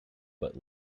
but